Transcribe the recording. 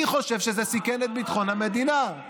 אני חושב שזה סיכן את ביטחון המדינה.